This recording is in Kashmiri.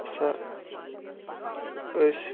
ہسا أسۍ